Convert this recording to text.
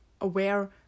aware